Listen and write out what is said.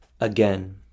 again